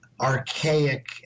archaic